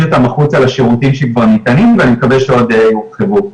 אותם החוצה לשירותים שכבר ניתנים ואני מקווה שעוד יורחבו,